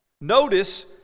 notice